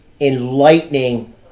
enlightening